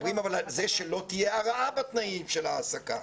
מדברים על זה שלא תהיה הרעה בתנאים של ההעסקה.